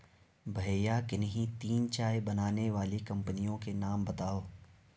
भैया किन्ही तीन चाय बनाने वाली कंपनियों के नाम बताओ?